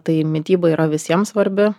tai mityba yra visiem svarbi